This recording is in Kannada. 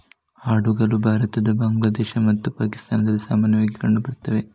ಆಡುಗಳು ಭಾರತ, ಬಾಂಗ್ಲಾದೇಶ ಮತ್ತು ಪಾಕಿಸ್ತಾನದಲ್ಲಿ ಸಾಮಾನ್ಯವಾಗಿ ಕಂಡು ಬರ್ತವೆ